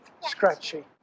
scratchy